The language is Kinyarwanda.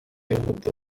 yihuta